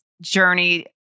journey